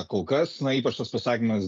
kol kas na ypač tas pasakymas